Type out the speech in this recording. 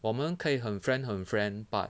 我们可以很 friend 很 friend but